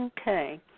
Okay